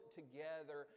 together